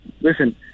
listen